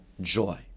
joy